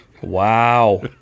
Wow